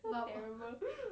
so terrible